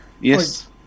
Yes